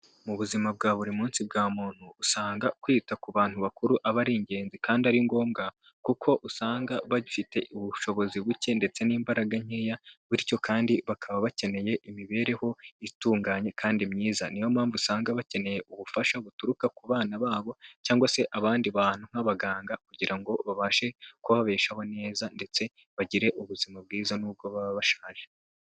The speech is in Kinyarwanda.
Mu buzima bwa buri munsi bwa muntu usanga kwita ku bantu bakuru aba ari ingenzi kandi ari ngombwa kuko usanga bagifite ubushobozi buke ndetse n'imbaraga nkeya bityo kandi bakaba bakeneye imibereho itunganye kandi myiza, niyo mpamvu usanga bakeneye ubufasha buturuka ku bana babo cyangwa se abandi bantu nk'abaganga kugira ngo babashe kubabeshaho neza ndetse bagire ubuzima bwiza n'ubwo baba bashaje.